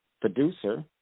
producer